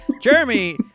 Jeremy